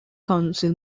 council